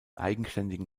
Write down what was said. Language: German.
eigenständigen